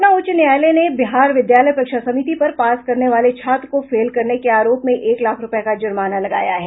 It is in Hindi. पटना उच्च न्यायालय ने बिहार विद्यालय परीक्षा समिति पर पास करने वाले छात्र को फेल करने के आरोप में एक लाख रूपये का जुर्माना लगाया है